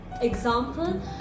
example